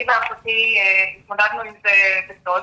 אני ואחותי התמודדנו עם זה בסוד,